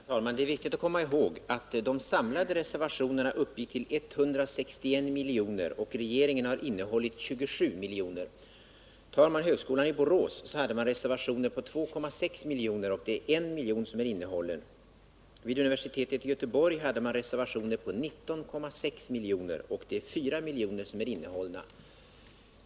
Herr talman! Det är viktigt att komma ihåg att de samlade reservationerna uppgick till 161 miljoner. Regeringen har innehållit 27 miljoner. Vid högskolan i Borås hade man reservationer på 2,6 miljoner, varav 1 miljon är innehållen. Vid universitetet i Göteborg hade man reservationer på 19,6 miljoner, varav 4 miljoner är innehållna.